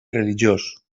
religiós